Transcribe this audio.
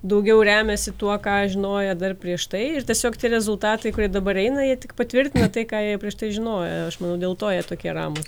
daugiau remiasi tuo ką žinojo dar prieš tai ir tiesiog tie rezultatai kurie dabar eina jie tik patvirtina tai ką jie prieš tai žinojo aš manau dėl to jie tokie ramūs